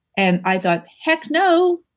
and i thought, heck no.